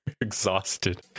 exhausted